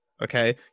Okay